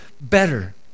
better